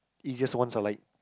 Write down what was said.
easiest ones are like